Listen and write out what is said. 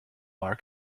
our